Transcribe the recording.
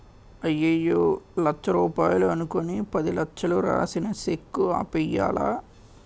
అయ్యయ్యో లచ్చ రూపాయలు అనుకుని పదిలచ్చలు రాసిన సెక్కు ఆపేయ్యాలా